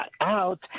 out